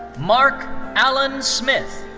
mark allen smith.